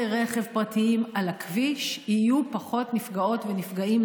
רכב פרטיים על הכביש יהיו פחות נפגעות ונפגעים,